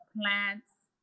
plants